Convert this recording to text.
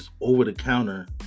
over-the-counter